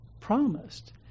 promised